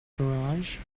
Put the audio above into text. garage